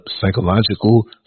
psychological